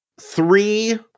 three